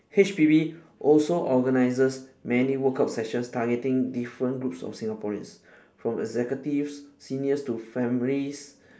H_P_B also organises many workout sessions targeting different groups of singaporeans from executive seniors to families